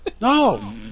No